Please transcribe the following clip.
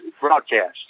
broadcast